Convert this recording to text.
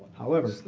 however,